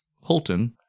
Holton